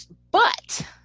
but,